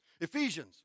Ephesians